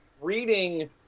reading